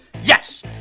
Yes